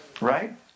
Right